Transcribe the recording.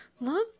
Love